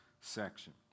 section